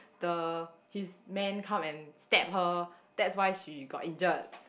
the his man come and stab her that's why she got injured